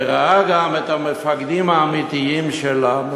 וראה גם את המפקדים האמיתיים שלנו,